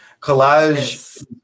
collage